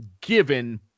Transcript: given